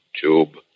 tube